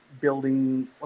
building